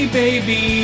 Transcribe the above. baby